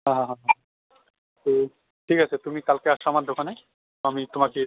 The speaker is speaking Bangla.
হ্যাঁ হ্যাঁ হ্যাঁ হ্যাঁ তো ঠিক আছে তুমি কালকে এস আমার দোকানে আমি তোমাকে